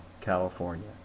California